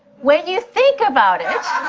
when you think about it,